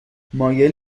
مایل